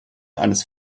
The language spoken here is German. eines